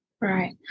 Right